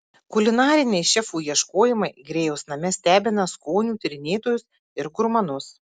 kulinariniai šefų ieškojimai grėjaus name stebina skonių tyrinėtojus ir gurmanus